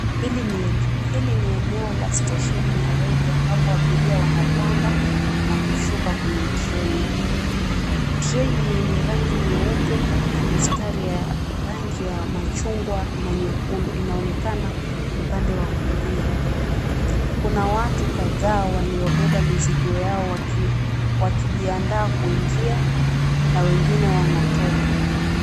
Hili ni eneo la stesheni ya reli ambapo abiria wanapanda na kushuka kwenye treni. Treni yenye rangi nyeupe na mistari ya rangi ya machungwa na nyekundu inaonekana upande wa kulia. Kuna watu kadhaa waliobeba mizigo yao wakijiandaa kuingia na wengine wanatoka.